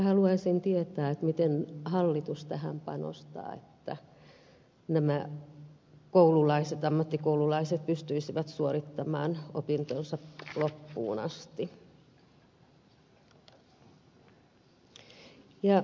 haluaisin tietää miten hallitus tähän panostaa että nämä ammattikoululaiset pystyisivät suorittamaan opintonsa loppuun asti